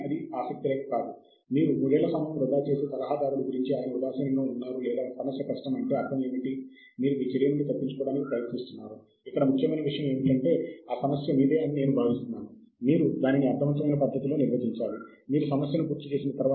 మరియు ఆ తర్వాత టేలర్ మరియు Francis group nature publications group మరియు మానే పబ్లిషింగ్ వస్తుంది